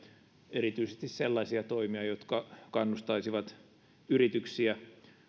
erityisesti sellaisia toimia jotka kannustaisivat yrityksiä